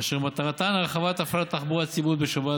אשר מטרתן הרחבת הפעלת התחבורה ציבורית בשבת,